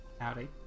howdy